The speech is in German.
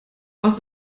was